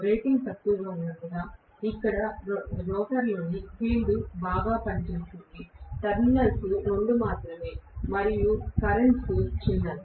rating తక్కువగా ఉన్నందున ఇక్కడ రోటర్లోని ఫీల్డ్ బాగా పనిచేస్తుంది టెర్మినల్స్ 2 మాత్రమే మరియు ప్రవాహాలు చిన్నవి